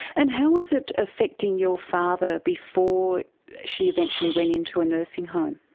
and how was it affecting your father before she eventually went into a nursing home?